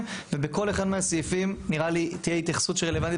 ובכל אחד מהסעיפים נראה לי תהיה התייחסות שרלוונטית